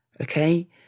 okay